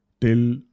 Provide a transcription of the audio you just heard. till